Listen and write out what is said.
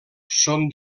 són